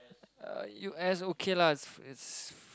uh U_S okay lah it it's